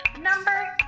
number